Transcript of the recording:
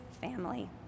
family